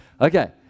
okay